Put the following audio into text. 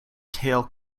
tail